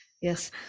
Yes